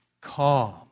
Calm